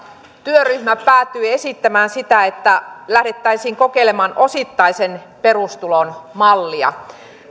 työryhmä päätyi esittämään sitä että lähdettäisiin kokeilemaan osittaisen perustulon mallia myöskin